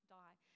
die